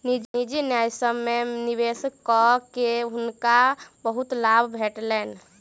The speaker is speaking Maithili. निजी न्यायसम्य में निवेश कअ के हुनका बहुत लाभ भेटलैन